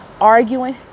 arguing